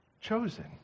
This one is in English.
chosen